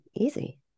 easy